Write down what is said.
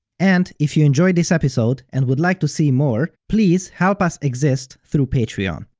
and, if you enjoyed this episode and would like to see more, please help us exist through patreon.